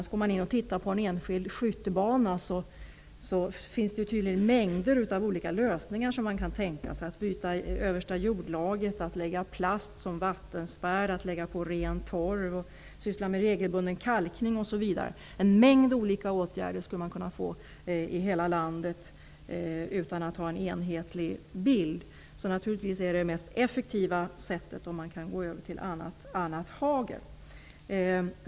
Går man in och tittar på en enskild skyttebana finns det tydligen mängder av olika lösningar som man kan tänka sig: byta översta jordlagret, lägga plast som vattenspärr, lägga på ren torv, syssla med regelbunden kalkning osv. En mängd olika åtgärder skulle man kunna få i hela landet utan att ha en enhetlig bild. Naturligtvis är det mest effektiva sättet om man kan gå över till annat hagel.